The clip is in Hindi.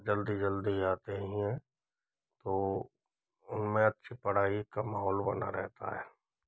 जल्दी जल्दी आते ही हैं तो उनमें अच्छी पढ़ाई का माहौल बना रहता है